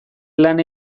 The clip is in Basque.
lan